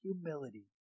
humility